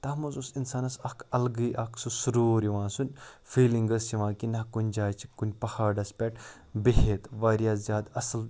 تَتھ منٛز اوس اِنسانَس اَکھ اَلگٕے اَکھ سُہ سُروٗر یِوان سُہ فیٖلِنٛگ ٲس یِوان کہِ نَہ کُنۍ جایہِ چھِ کُنۍ پہاڑَس پٮ۪ٹھ بِہِتھ واریاہ زیادٕ اَصٕل